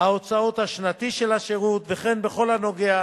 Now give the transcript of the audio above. ההוצאות השנתי של השירות, וכן בכל הנוגע